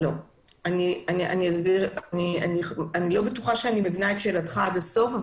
איני בטוחה שאני מבינה אותך עד הסוף.